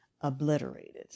obliterated